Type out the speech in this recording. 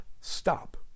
stop